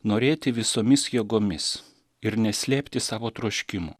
norėti visomis jėgomis ir neslėpti savo troškimų